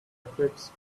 eclipse